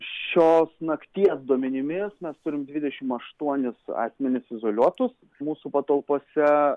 šios nakties duomenimis mes turim dvidešimt aštuonis asmenis izoliuotus mūsų patalpose